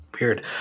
Weird